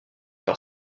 par